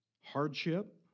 Hardship